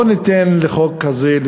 לא ניתן לחוק כזה,